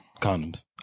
condoms